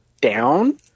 down